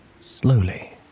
Slowly